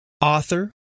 author